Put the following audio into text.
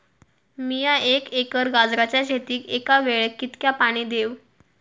मीया एक एकर गाजराच्या शेतीक एका वेळेक कितक्या पाणी देव?